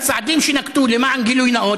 הצעדים שנקטו למען גילוי נאות,